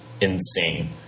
insane